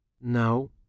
No